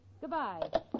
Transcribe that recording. Goodbye